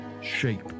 shape